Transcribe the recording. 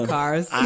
cars